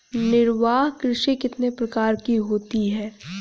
निर्वाह कृषि कितने प्रकार की होती हैं?